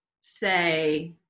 say